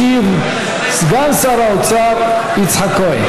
ישיב סגן שר האוצר יצחק כהן.